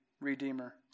Redeemer